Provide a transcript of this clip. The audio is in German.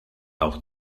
auch